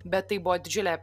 bet tai buvo didžiulė